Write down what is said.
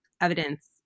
evidence